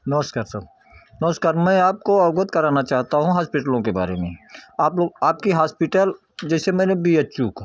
नमस्कार सर नमस्कार मैं आपको अवगत कराना चाहता हूँ हॉस्पिटलों के बारे में आप लोग आपके हॉस्पिटल जैसे मैंने बी एच यू को